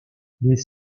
les